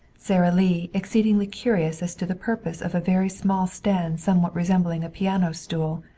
sara lee, exceedingly curious as to the purpose of a very small stand somewhat resembling a piano stool,